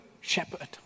shepherd